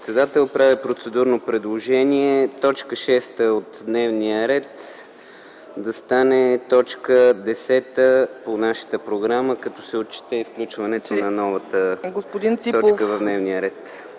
председател. Правя процедурно предложение т. 6 от дневния ред да стане т. 10 по нашата програма като се отчете и включването на новата точка в дневния ред.